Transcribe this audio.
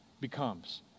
becomes